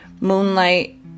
moonlight